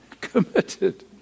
Committed